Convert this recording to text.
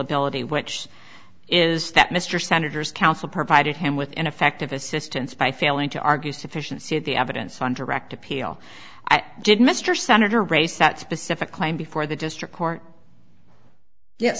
ability which is that mr senator's counsel provided him with ineffective assistance by failing to argue sufficiency of the evidence on direct appeal at did mr senator raise that specific claim before the district court ye